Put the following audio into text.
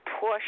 push